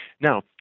now